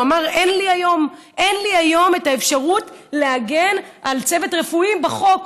הוא אמר: אין לי היום את האפשרות להגן על צוות רפואי בחוק.